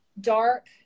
dark